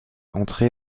entrer